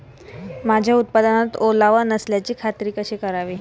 माझ्या उत्पादनात ओलावा नसल्याची खात्री कशी करावी?